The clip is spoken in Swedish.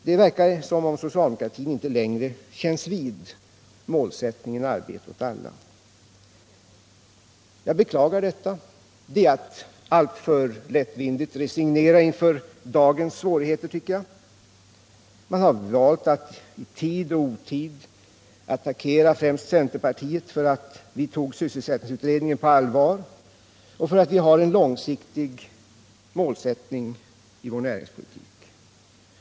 Det verkar som om socialdemokratin inte längre känns vid målsättningen arbete åt alla. Jag beklagar detta. Jag tycker att det är att alltför lättvindigt resignera inför dagens svårigheter. Man har valt att i tid och otid attackera främst centerpartiet för att vi tog sysselsättningsutredningen på allvar, för att vi har en långsiktig målsättning i vår näringspolitik.